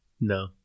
No